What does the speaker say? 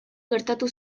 gertatu